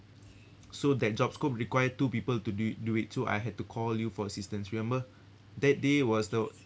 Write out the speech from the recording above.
so that job scope required two people to do do it so I had to call you for assistance remember that day was the